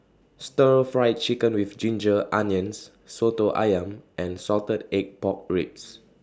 Stir Fried Chicken with Ginger Onions Soto Ayam and Salted Egg Pork Ribs